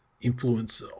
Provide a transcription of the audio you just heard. influence